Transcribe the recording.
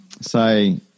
say